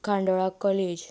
Khandola college